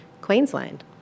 Queensland